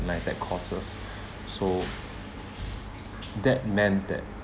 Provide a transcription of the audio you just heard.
NITEC courses so that meant that